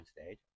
stage